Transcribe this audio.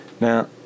now